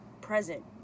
present